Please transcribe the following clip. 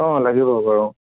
অঁ লাগিব বাৰু অঁ